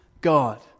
God